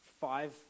five